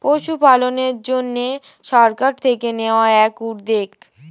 পশুপালনের জন্যে সরকার থেকে নেওয়া এই উদ্যোগ